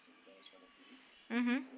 mmhmm